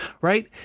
right